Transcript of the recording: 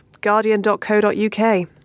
Guardian.co.uk